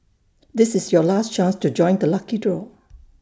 this is your last chance to join the lucky draw